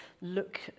look